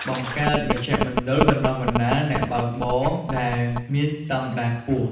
បង្កើត មជ្ឈមណ្ឌលបណ្តុះបណ្តាលអ្នកបើកបរ ដែលមានស្តង់ដារខ្ពស់។